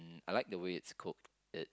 I like the way it's cooked